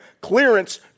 clearance